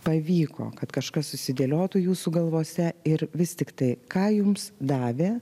pavyko kad kažkas susidėliotų jūsų galvose ir vis tiktai ką jums davė